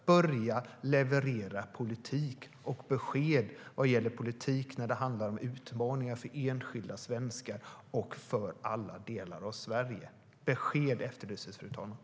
Börja leverera politik och besked! Det handlar om utmaningar för enskilda svenskar och för alla delar av Sverige. Besked efterlyses, fru talman!